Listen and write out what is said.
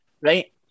right